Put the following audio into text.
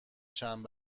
چند